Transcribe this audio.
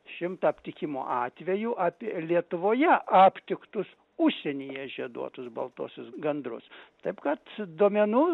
šimtą aptikimo atvejų apie lietuvoje aptiktus užsienyje žieduotus baltuosius gandrus taip kad duomenų